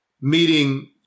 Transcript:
meeting